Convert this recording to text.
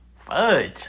Fudge